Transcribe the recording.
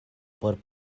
por